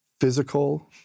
physical